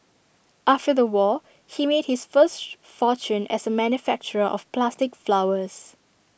after the war he made his first fortune as A manufacturer of plastic flowers